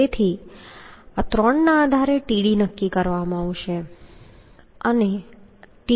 તેથી આ ત્રણના આધારે Td નક્કી કરવામાં આવશે